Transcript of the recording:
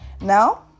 Now